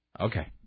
Okay